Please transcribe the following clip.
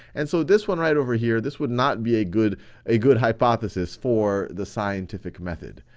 and so this one right over here, this would not be a good a good hypothesis for the scientific method,